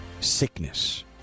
sickness